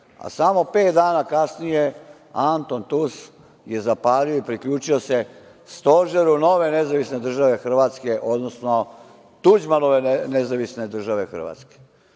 a samo pet dana kasnije Anton Tus je zapalio i priključio se stožeru nove nezavisne države Hrvatske, odnosno Tuđmanove nezavisne države Hrvatske. Kad